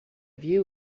view